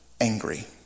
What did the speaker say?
angry